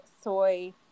soy